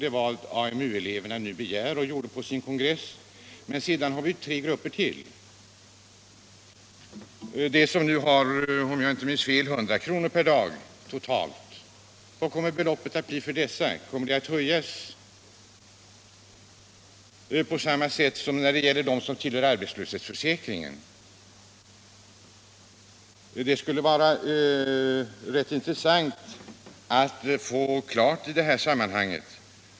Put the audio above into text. Det var vad AMU-eleverna begärde vid sin kongress nyligen. Men det finns tre grupper till, bl.a. de som — om jag inte minns fel — har 100 kr. per dag totalt. Vad kommer beloppet att bli för dessa? Kommer det att höjas på samma sätt som gäller för dem som tillhör arbetslöshetsförsäkringen? Det skulle vara rätt intressant att få klart besked i det här sammanhanget.